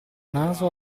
naso